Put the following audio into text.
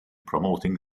promoting